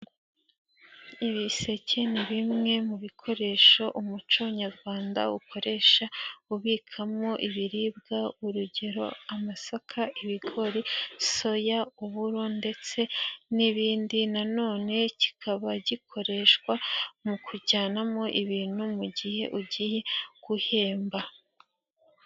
Ibiseke ni bimwe mu bikoresho umuco nyarwanda ukoresha ubikamo ibiribwa urugero: amasaka, ibigori, soya, uburo ndetse n'ibindi, nanone kikaba gikoreshwa mu kujyanamo ibintu mu gihe ugiye guhemba.